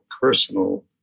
personal